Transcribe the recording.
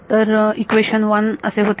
तर इक्वेशन 1 असे होते